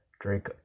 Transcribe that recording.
Drake